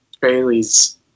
Bailey's